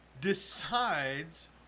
decides